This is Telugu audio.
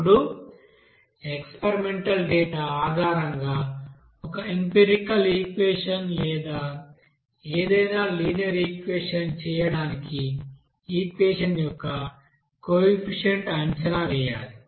ఇప్పుడు ఎక్స్పెరిమెంటల్ డేటా ఆధారంగా ఒక ఎంఫిరికల్ ఈక్వెషన్ లేదా ఏదైనా లినియర్ ఈక్వెషన్ చేయడానికి ఈక్వెషన్ యొక్క కోఎఫిషియెంట్ అంచనా వేయాలి